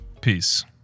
Peace